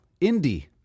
Indie